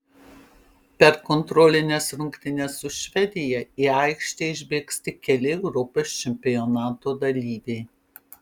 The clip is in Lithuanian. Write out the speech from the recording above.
per kontrolines rungtynes su švedija į aikštę išbėgs tik keli europos čempionato dalyviai